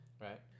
right